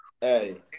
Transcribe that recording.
Hey